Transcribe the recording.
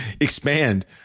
expand